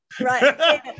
Right